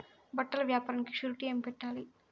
బట్టల వ్యాపారానికి షూరిటీ ఏమి పెట్టాలి?